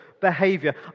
behavior